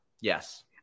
Yes